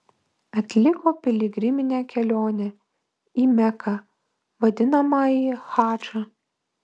atliko piligriminę kelionę į meką vadinamąjį hadžą